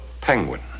Penguin